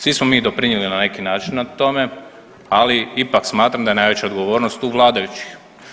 Svi smo mi doprinijeli na neki način tome, ali ipak smatra da je najveća odgovornost u vladajućih.